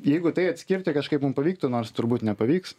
jeigu tai atskirti kažkaip mum pavyktų nors turbūt nepavyks